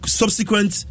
subsequent